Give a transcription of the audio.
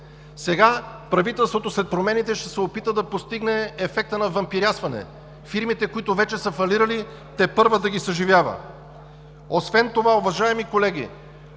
Сега правителството след промените ще се опита да постигне ефекта на вампирясване – фирмите, които вече са фалирали, тепърва да ги съживява. Освен това, уважаеми колеги,